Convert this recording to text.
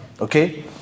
okay